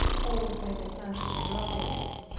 or by the hands of robbers.